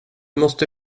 måste